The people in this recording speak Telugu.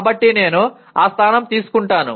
కాబట్టి నేను ఆ స్థానం తీసుకుంటాను